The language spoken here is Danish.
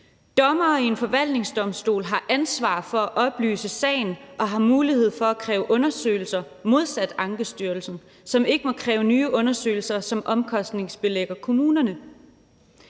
Dommere i en forvaltningsdomstol har ansvar for at oplyse sagen og har mulighed for at kræve undersøgelser modsat Ankestyrelsen, som ikke må kræve nye undersøgelser, som omkostningsbelægger kommunerne.